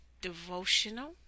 devotional